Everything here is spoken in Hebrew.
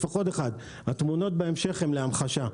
התמונות בהמשך הן להמחשה.